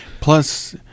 plus